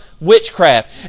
witchcraft